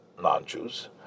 non-Jews